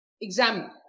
exam